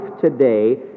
today